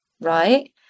right